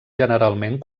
generalment